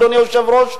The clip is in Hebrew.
אדוני היושב-ראש,